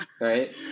Right